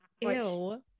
Ew